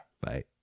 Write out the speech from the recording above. Bye